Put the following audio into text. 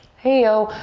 hey-oh!